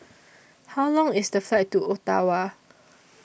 How Long IS The Flight to Ottawa